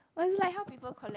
was like how people collect